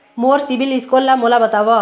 मोर CIBIL score ला मोला बताव?